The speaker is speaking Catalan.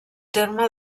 terme